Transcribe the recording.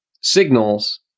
signals